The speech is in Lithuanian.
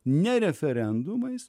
ne referendumais